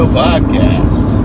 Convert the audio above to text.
podcast